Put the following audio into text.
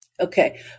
Okay